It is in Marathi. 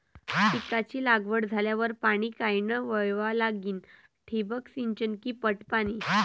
पिकाची लागवड झाल्यावर पाणी कायनं वळवा लागीन? ठिबक सिंचन की पट पाणी?